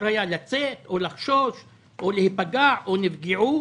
היה לצאת או כי היה חשש להיפגע או כי נפגעו.